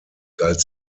galt